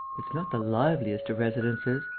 it's not the liveliest of residences.